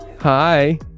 Hi